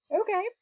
Okay